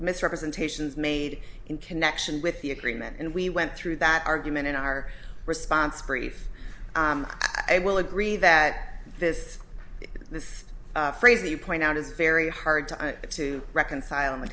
misrepresentations made in connection with the agreement and we went through that argument in our response brief i will agree that this this phrase that you point out is very hard to have to reconcile in the